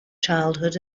childhood